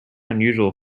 unusual